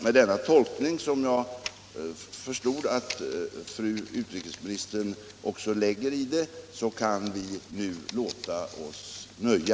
Med denna tolkning, som jag förstod att fru utrikesministern också avsåg, tror jag att vi nu kan låta oss nöja.